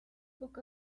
book